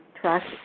trust